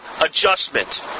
adjustment